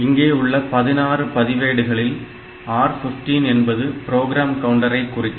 இங்கே உள்ள 16 பதிவேடுகளில் R15 என்பது ப்ரோக்ராம் கவுண்டரை குறிக்கும்